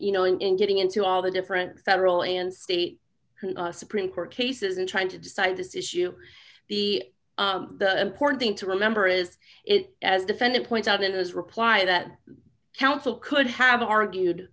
you know in getting into all the different federal and state supreme court cases in trying to decide this issue the important thing to remember is it as defendant points out in his reply is that counsel could have argued